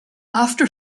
after